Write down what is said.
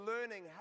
learning